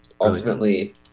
ultimately